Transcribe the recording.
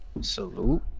Salute